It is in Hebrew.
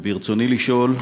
ברצוני לשאול: